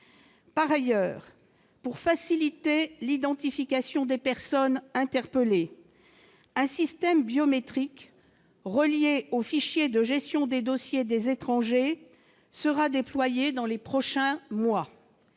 par ailleurs, pour faciliter l'identification des personnes interpellées, un système biométrique relié au fichier de gestion des dossiers des étrangers sera déployée dans les prochains mois,